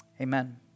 Amen